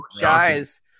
guys